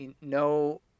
No